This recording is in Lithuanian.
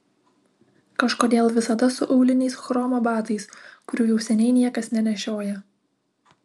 kažkodėl visada su auliniais chromo batais kurių jau seniai niekas nenešioja